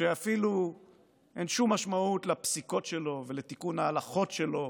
שאפילו אין שום משמעות לפסיקות שלו ולתיקון ההלכות שלו